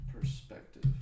perspective